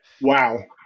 Wow